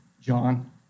John